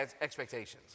expectations